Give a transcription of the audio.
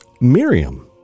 Miriam